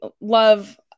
love